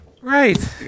right